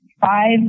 five